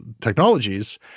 technologies